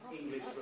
English